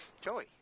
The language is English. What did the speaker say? Joey